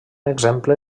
exemple